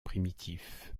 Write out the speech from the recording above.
primitif